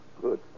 Good